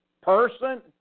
person